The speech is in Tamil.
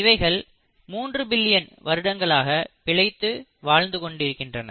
இவைகள் 3 பில்லியன் வருடங்களாக பிழைத்து வாழ்ந்து கொண்டிருக்கின்றன